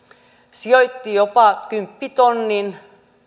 sijoitti jopa kymppitonnin